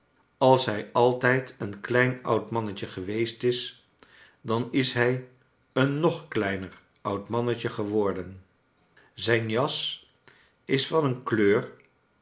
als hij altijd een klein oud mannetje geweest is dan is hij een nog kleiner oud mannetje geworden zijn jas is van een kleur